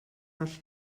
all